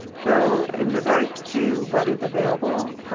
so in regards to what is available,